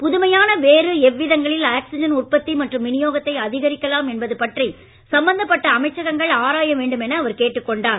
புதுமையான வேறு எவ்விதங்களில் ஆக்ஸிஜன் உற்பத்தி மற்றும் விநியோகத்தை அதிகரிக்கலாம் என்பது பற்றி சம்பந்தப்பட்ட அமைச்சகங்கள் ஆராய வேண்டும் என அவர் கேட்டுக் கொண்டார்